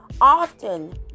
Often